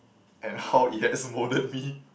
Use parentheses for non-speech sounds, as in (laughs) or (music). and how it has (laughs) moulded me